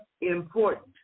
important